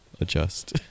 adjust